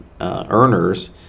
earners